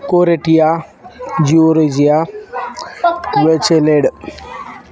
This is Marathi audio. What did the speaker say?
कोरेटिया ज्युरेजिया वेचेलेड